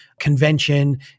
convention